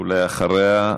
סליחה,